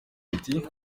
ati